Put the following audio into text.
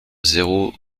zéro